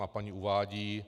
A paní uvádí: